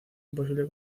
imposible